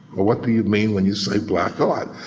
what do you mean when you say black a lot?